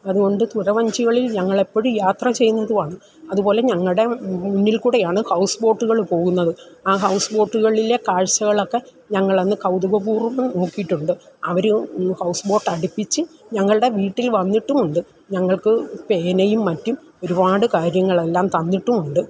അത്കൊണ്ട് തുഴവഞ്ചികളിൽ ഞങ്ങളെപ്പോഴും യാത്ര ചെയ്യുന്നതുമാണ് അത്പോലെ ഞങ്ങളുടെ മുന്നിൽ കൂടെയാണ് ഹൌസ് ബോട്ടുകൾ പോകുന്നത് ആ ഹൌസ് ബോട്ടുകളിലെ കാഴ്ച്ചകളൊക്കെ ഞങ്ങളന്ന് കൗതുകപൂർവ്വം നോക്കിയിട്ടുണ്ട് അവരെയോ ഹൌസ് ബോട്ടടുപ്പിച്ച് ഞങ്ങളുടെ വീട്ടിൽ വന്നിട്ടുമുണ്ട് ഞങ്ങൾക്ക് പേനയും മറ്റും ഒരുപാട് കാര്യങ്ങളെല്ലാം തന്നിട്ടുമുണ്ട്